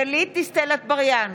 גלית דיסטל אטבריאן,